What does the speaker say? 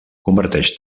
converteix